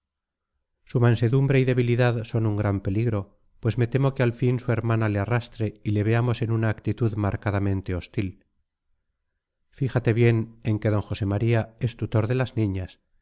su mansedumbre y debilidad son un gran peligro pues me temo que al fin su hermana le arrastre y le veamos en una actitud marcadamente hostil fíjate bien en que d josé maría es tutor de las niñas